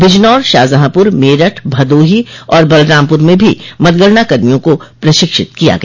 बिजनौर शाहजहांपुर मेरठ भदोही और बलरामपुर में भी मतगणना कर्मियों को प्रशिक्षित किया गया